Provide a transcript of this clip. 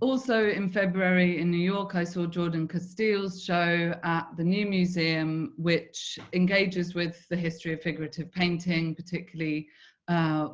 also in february, in new york, i saw jordan casteel's show at the new museum which engages with the history of figurative painting particularly